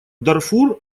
дарфур